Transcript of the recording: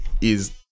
is-